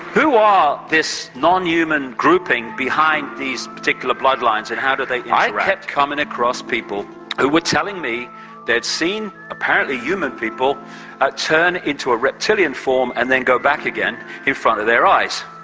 who are this nonhuman grouping behind these particular bloodlines and how do they interact? i kept coming across people who were telling me they'd seen apparently human people ah turn into a reptilian form and then go back again in front of their eyes.